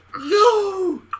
No